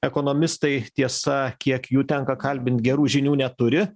ekonomistai tiesa kiek jų tenka kalbint gerų žinių neturi